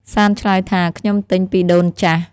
សាន្តឆ្លើយថា “ខ្ញុំទិញពីដូនចាស់”។